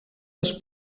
les